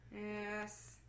Yes